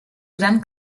gran